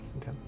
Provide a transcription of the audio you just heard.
okay